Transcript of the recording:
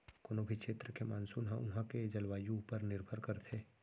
कोनों भी छेत्र के मानसून ह उहॉं के जलवायु ऊपर निरभर करथे